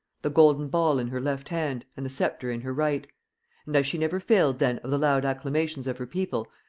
the golden ball in her left hand and the sceptre in her right and as she never failed then of the loud acclamations of her people,